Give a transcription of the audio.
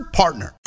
partner